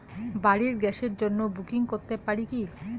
বাড়ির গ্যাসের জন্য বুকিং করতে পারি কি?